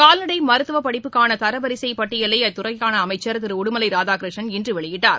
கால்நடை மருத்துவப்படிப்புக்கான தரவரிசை பட்டியலை அத்துறைக்கான அமைச்சர் திரு உடுமலை ராதாகிருஷ்ணன் இன்று வெளியிட்டார்